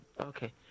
Okay